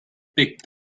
picked